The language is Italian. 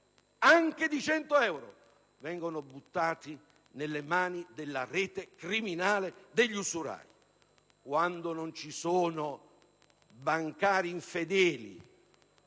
anche di 100 euro, venivano gettati nelle mani della rete criminale degli usurai. Questo, quando non ci sono bancari infedeli,